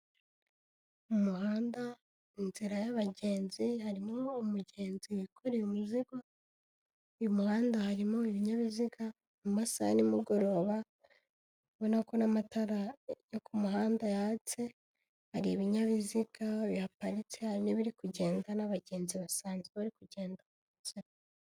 Mu muhanda, inzira y'abagenzi, harimo umugenzi wikoreye umuzigo, uyu muhanda harimo ibinyabiziga mu masaha ya nimugoroba, ubonako n'amatara yo ku muhanda yatse, hari ibinyabiziga bihaparitse, hari n'ibiri kugenda n'abagenzi basanzwe bari kugenda.